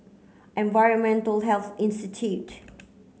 Environmental Health Institute